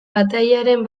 batailaren